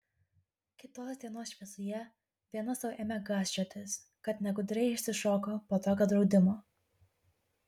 kitos dienos šviesoje viena sau ėmė gąsčiotis kad negudriai išsišoko po tokio draudimo